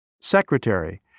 Secretary